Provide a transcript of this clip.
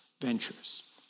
ventures